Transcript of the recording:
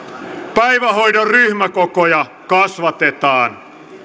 päivähoidon ryhmäkokoja kasvatetaan